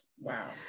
wow